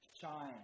shine